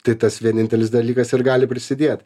tai tas vienintelis dalykas ir gali prisidėt